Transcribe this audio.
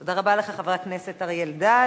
תודה רבה לך, חבר הכנסת אריה אלדד.